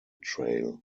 trail